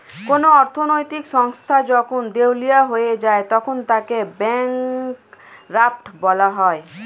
কোন অর্থনৈতিক সংস্থা যখন দেউলিয়া হয়ে যায় তখন তাকে ব্যাঙ্করাপ্ট বলা হয়